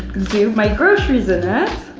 do my groceries in it.